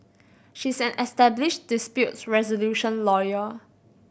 she's an established disputes resolution lawyer